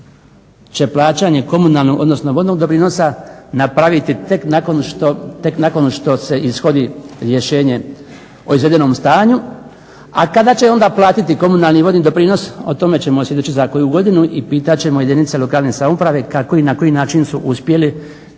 će plaćanje komunalnog odnosno vodnog doprinosa napraviti tek nakon što se ishodi rješenje o izvedenom stanju, a kada će onda platiti komunalni i vodni doprinos o tome ćemo svjedočiti za koju godinu i pitat ćemo jedinice lokalne samouprave kako i na koji način su uspjeli